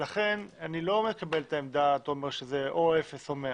לכן אני לא מקבל את העמדה שזה או 0 או 100